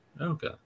Okay